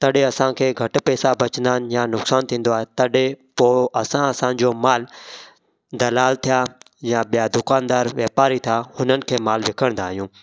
तॾहिं असांखे घटि पैसा बचंदा आहिनि या नुक़सानु थींदो आहे तॾहिं पोइ असां असांजो मालु दलाल थिया या ॿिया दुकानदार वापारी थिया हुननि खे मालु विकिणंदा आहियूं